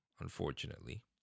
unfortunately